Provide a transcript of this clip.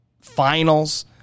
finals